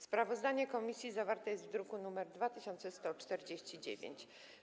Sprawozdanie komisji zawarte jest w druku nr 2149.